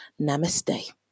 Namaste